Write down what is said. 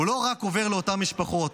הוא לא רק עובר לאותן משפחות,